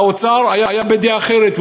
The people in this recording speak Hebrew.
האוצר היה בדעה אחרת,